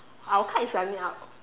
our card is running out